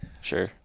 Sure